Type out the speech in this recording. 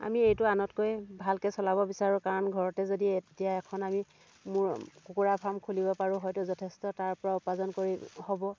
আমি এইটো আনতকৈ ভালকে চলাব বিচাৰোঁ কাৰণ ঘৰতে যদি এতিয়া এখন আমি মোৰ কুকুৰা ফাৰ্ম খুলিব পাৰোঁ হয়তো যথেষ্ট তাৰ পৰা উপাৰ্জন কৰি হ'ব